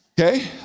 Okay